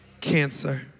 cancer